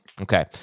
Okay